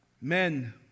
Men